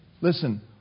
Listen